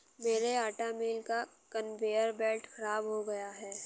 मेरे आटा मिल का कन्वेयर बेल्ट खराब हो गया है